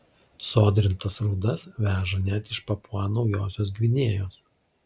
sodrintas rūdas veža net iš papua naujosios gvinėjos